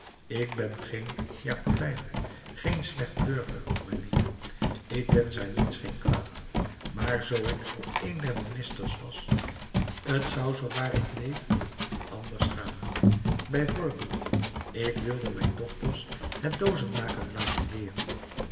ik ben geen jakobijn geen slecht burger mijnheer ik wensch haar niets geen kwaad maar zoo ik een der ministers was t zou zoo waar ik leef anders gaan bijvoorbeeld ik wilde mijn dochters het doozen maken laten leeren